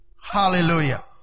Hallelujah